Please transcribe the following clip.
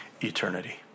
eternity